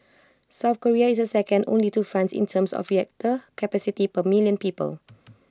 south Korea is second only to France in terms of reactor capacity per million people